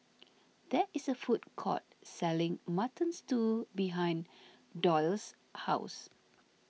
there is a food court selling Mutton Stew behind Doyle's house